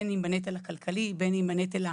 השתתפתי בהמון דיונים והייתי חלק.